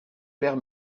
père